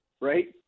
right